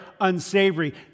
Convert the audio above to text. unsavory